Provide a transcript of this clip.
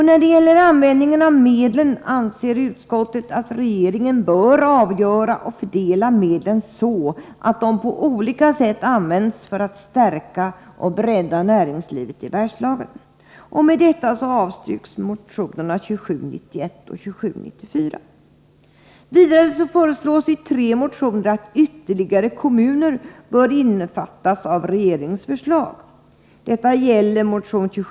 När det gäller användningen av medlen anser utskottet att regeringen bör avgöra och fördela medlen så att de på olika sätt används för att stärka och bredda näringslivet i Bergslagen.